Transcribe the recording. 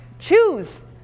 Choose